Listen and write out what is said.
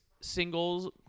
singles